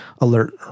alert